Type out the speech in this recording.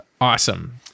awesome